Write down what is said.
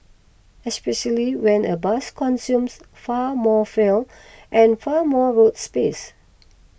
especially when a bus consumes far more fuel and far more road space